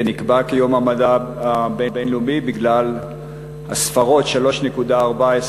זה נקבע כיום המדע הבין-לאומי בגלל הספרות של 3.14,